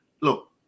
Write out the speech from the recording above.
Look